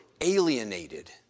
alienated